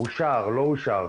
אושר או לא אושר,